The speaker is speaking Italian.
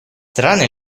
tranne